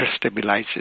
stabilizes